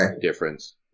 difference